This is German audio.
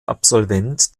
absolvent